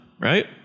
right